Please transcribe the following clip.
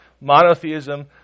monotheism